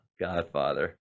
Godfather